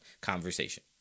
conversation